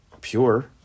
pure